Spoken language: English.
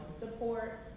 support